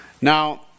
Now